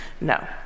No